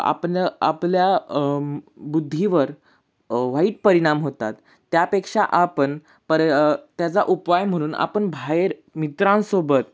आपण आपल्या बुद्धीवर वाईट परिणाम होतात त्यापेक्षा आपन पर्य त्याचा उपाय म्हणून आपण बाहेर मित्रांसोबत